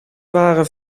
waren